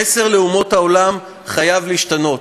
המסר לאומות העולם חייב להשתנות.